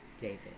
David